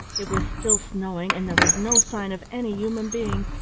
it was still snowing, and there was no sign of any human being.